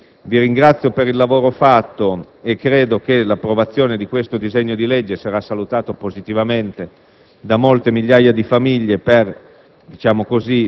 casa. Vi ringrazio per il lavoro compiuto e credo che l'approvazione di questo disegno di legge sarà salutata positivamente da molte migliaia di famiglie per